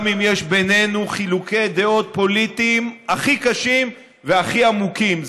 גם אם יש בינינו חילוקי דעות פוליטיים הכי קשים והכי עמוקים,